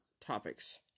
topics